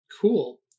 Cool